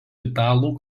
italų